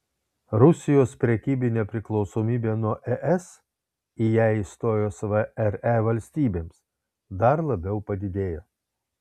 rusijos prekybinė priklausomybė nuo es į ją įstojus vre valstybėms dar labiau padidėjo